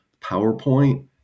PowerPoint